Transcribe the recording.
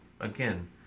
again